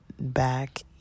back